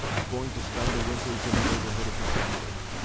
of going to spend the winters in the neighborhood of the settlers,